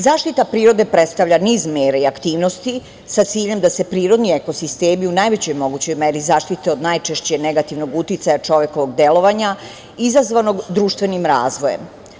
Zaštita prirode predstavlja niz mera i aktivnosti sa ciljem da se prirodni ekosistemi u najvećoj mogućoj meri zaštite od najčešće negativnog uticaja čovekovog delovanja izazvanog društvenim razvojem.